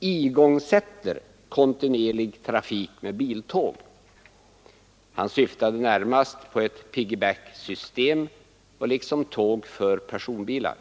igångsätter kontinuerlig trafik med biltåg. Han syftade närmast på ett piggy-backsystem liksom tåg för personbilar.